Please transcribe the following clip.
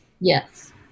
Yes